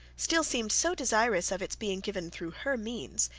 still seemed so desirous of its being given through her means,